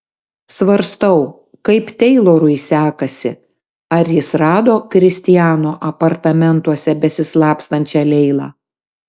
svarstau kaip teilorui sekasi ar jis rado kristiano apartamentuose besislapstančią leilą